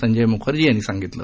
संजय मुखर्जी यांनी सांगितलं